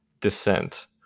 Descent